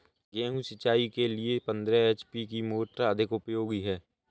गेहूँ सिंचाई के लिए पंद्रह एच.पी की मोटर अधिक उपयोगी है?